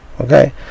Okay